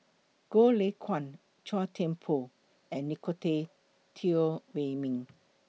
Goh Lay Kuan Chua Thian Poh and Nicolette Teo Wei Min